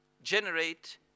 Generate